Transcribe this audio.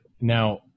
Now